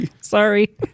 Sorry